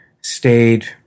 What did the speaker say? stayed